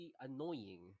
annoying